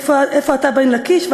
איפה אתה, בר לקיש?